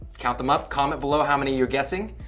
count them up, comment below how many you're guessing.